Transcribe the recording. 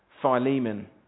Philemon